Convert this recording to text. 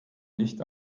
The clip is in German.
nicht